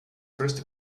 first